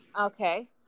Okay